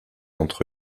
entre